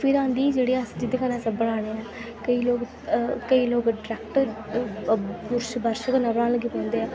फिर औंदी जेह्ड़ी अस जेह्दे कन्नै अस बनाने आं केईं लोग केईं लोग डरैक्ट बुर्श बर्श कन्नै बनान लगी पौंदे ऐं